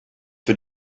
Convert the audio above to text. für